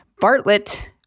Bartlett